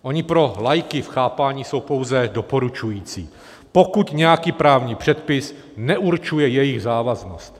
Ony pro laiky v chápání jsou pouze doporučující, pokud nějaký právní předpis neurčuje jejich závaznost.